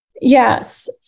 Yes